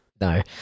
No